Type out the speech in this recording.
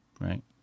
right